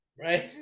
Right